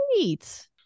great